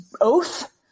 oath